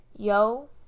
yo